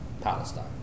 Palestine